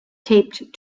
taped